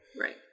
Right